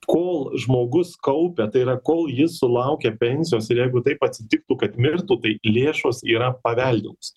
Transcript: kol žmogus kaupia tai yra kol jis sulaukia pensijos ir jeigu taip atsitiktų kad mirtų tai lėšos yra paveldimos